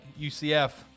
UCF